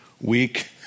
weak